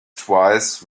twice